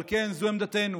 אבל כן, זו עמדתנו.